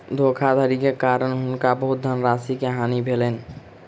धोखाधड़ी के कारण हुनका बहुत धनराशि के हानि भेलैन